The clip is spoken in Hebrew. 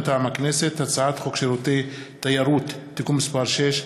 מטעם הכנסת: הצעת חוק שירותי תיירות (תיקון מס' 6)